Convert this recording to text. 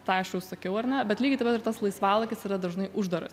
tą aš jau sakiau ar ne bet lygiai taip ir tas laisvalaikis yra dažnai uždaras